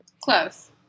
close